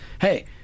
hey